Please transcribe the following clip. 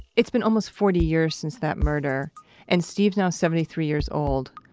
it's been almost forty years since that murder and steve's now seventy three years old.